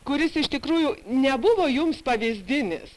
kuris iš tikrųjų nebuvo jums pavyzdinis